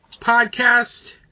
Podcast